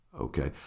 okay